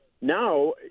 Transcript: now